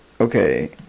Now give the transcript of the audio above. Okay